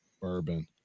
bourbon